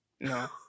No